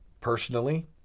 Personally